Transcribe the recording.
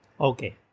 Okay